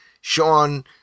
Sean